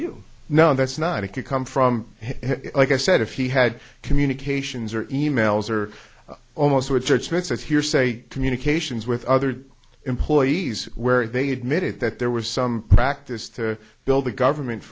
you know that's not if you come from like i said if he had communications or e mails or almost to a church that says hearsay communications with other employees where they admitted that there was some practice to build the government